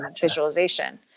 visualization